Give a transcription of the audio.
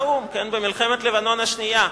החלטת האו"ם במלחמת לבנון השנייה.